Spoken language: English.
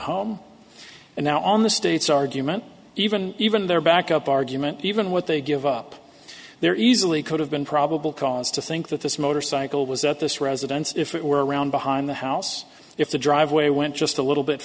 home and now on the state's argument even even their back up argument even what they give up there easily could have been probable cause to think that this motorcycle was at this residence if it were around behind the house if the driveway went just a little bit